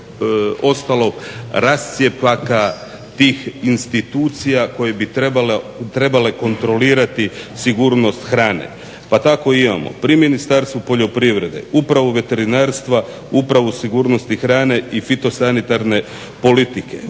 ostalog rascjepka tih institucija koji trebale kontrolirati sigurnost hrane. Tako imamo pri Ministarstvu poljoprivrede uprave veterinarstva, upravu sigurnosti hrane i fitosanitarne politike,